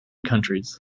countries